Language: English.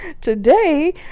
Today